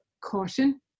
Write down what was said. caution